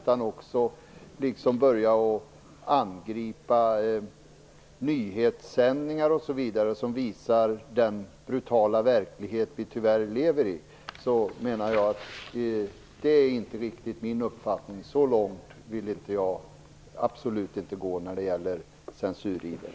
Hon börjar också angripa nyhetssändningar som visar den brutala verklighet vi tyvärr lever i. Det är inte min uppfattning. Så långt vill jag absolut inte gå när det gäller censuriver.